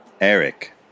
Eric